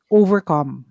overcome